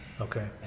Okay